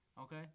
okay